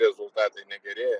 rezultatai negerėja